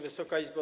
Wysoka Izbo!